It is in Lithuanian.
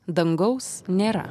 dangaus nėra